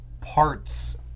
parts